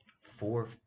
four